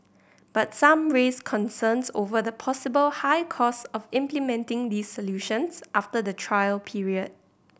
but some raised concerns over the possible high costs of implementing these solutions after the trial period